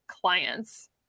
clients